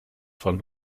von